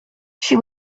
she